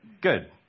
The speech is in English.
Good